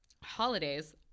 Holidays